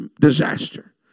disaster